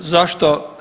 Zašto?